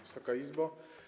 Wysoka Izbo!